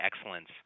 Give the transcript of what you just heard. excellence